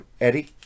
Eddie